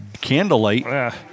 candlelight